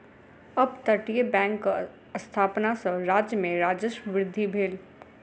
अपतटीय बैंकक स्थापना सॅ राज्य में राजस्व वृद्धि भेल